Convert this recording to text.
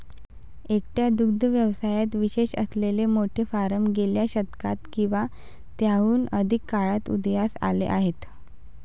एकट्या दुग्ध व्यवसायात विशेष असलेले मोठे फार्म गेल्या शतकात किंवा त्याहून अधिक काळात उदयास आले आहेत